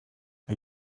are